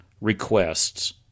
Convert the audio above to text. requests